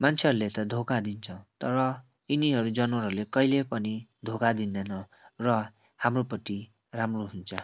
मान्छेहरूले त धोका दिन्छ तर यिनीहरू जनवारहरूले कहिले पनि धोका दिँदैन र हाम्रोपट्टि राम्रो हुन्छ